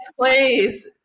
please